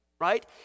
right